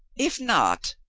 if not,